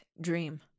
dream